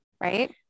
Right